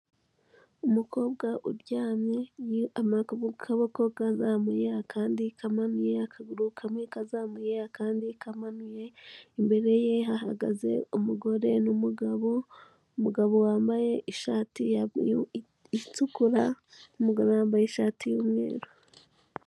Umukobwa uryamye, akoboko kazamuye, akandi kamanuye, akaguru kamwe kazamuye, akandi kamanuye, imbereye hahagaze umugore n'umugabo, umugabo wambaye ishati itukura n'umugore wambaye ishati y'umweru.